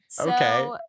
Okay